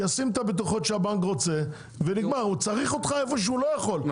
איפה שהוא לא יכול,